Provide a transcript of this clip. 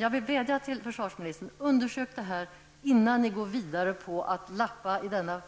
Jag vill vädja till försvarsministern: Undersök detta innan ni går vidare med att lappa i denna